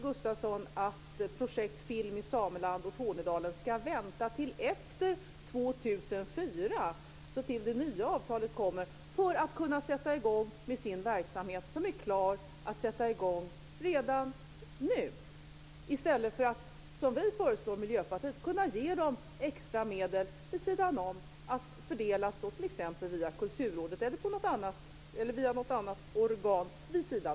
Gustavsson att projektet Film i Sameland och Tornedalen ska vänta till efter 2004, tills det nya avtalet kommer, för att kunna sätta i gång med sin verksamhet som är klar att sätta i gång redan nu? Vi i Miljöpartiet föreslår att man ska ge dem extra medel vid sidan om som kan fördelas t.ex. via Kulturrådet eller via något annat organ.